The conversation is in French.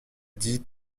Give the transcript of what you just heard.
dit